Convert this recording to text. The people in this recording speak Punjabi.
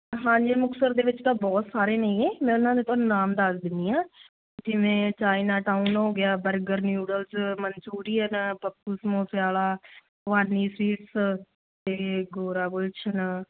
ਹਾਂਜੀ ਮੁਕਤਸਰ ਦੇ ਵਿੱਚ ਤਾਂ ਬਹੁਤ ਸਾਰੇ ਨੇਗੇ ਮੈਂ ਉਨ੍ਹਾਂ ਦੇ ਤੁਹਾਨੂੰ ਨਾਮ ਦੱਸ ਦਿੰਦੀ ਹਾਂ ਜਿਵੇਂ ਚਾਈਨਾ ਟਾਊਨ ਹੋ ਗਿਆ ਬਰਗਰ ਨਿਊਡਲਜ਼ ਮਨਚੂਰੀਅਨ ਪੱਪੂ ਸਮੋਸਿਆਂ ਵਾਲਾ ਭਵਾਨੀ ਸਵੀਟਸ ਅਤੇ ਗੋਰਾ ਗੁਲਸ਼ਨ